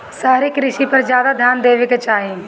शहरी कृषि पर ज्यादा ध्यान देवे के चाही